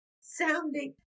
sounding